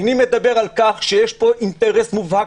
איני מדבר על כך שיש פה אינטרס מובהק